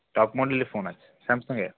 top মডেলের phone আছে স্যামসাংয়ের